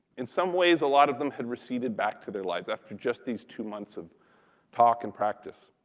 in some ways, a lot of them had receded back to their lives after just these two months of talk and practice,